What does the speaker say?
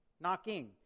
knocking